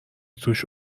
توش